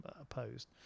opposed